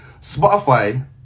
Spotify